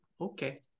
okay